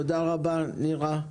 תודה רבה, נירה.